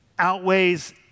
outweighs